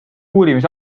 uurimise